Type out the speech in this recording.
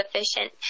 sufficient